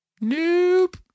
Nope